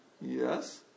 Yes